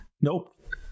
Nope